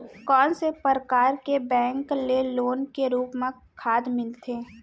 कोन से परकार के बैंक ले लोन के रूप मा खाद मिलथे?